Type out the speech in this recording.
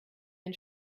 ein